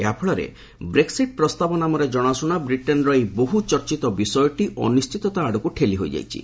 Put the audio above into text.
ଏହାଫଳରେ ବ୍ରେକ୍ଟିଟ୍ ପ୍ରସ୍ତାବ ନାମରେ ଜଣାଶୁଣା ବ୍ରିଟେନ୍ର ଏହି ବହୁ ଚର୍ଚ୍ଚିତ ବିଷୟଟି ଅନିଶ୍ଚିତା ଆଡ଼କୁ ଠେଲି ହୋଇଯାଇଛି